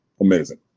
amazing